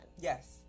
Yes